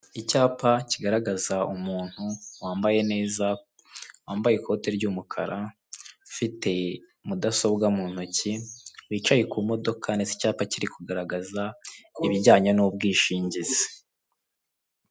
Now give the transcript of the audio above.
Icyapa kigaragaza umuntu wambaye neza, wambaye ikote ry'umukara ufite mudasobwa mu ntoki wicaye ku modoka ndetse icyapa kiri kugaragaza ibijyanye n'ubwishingizi.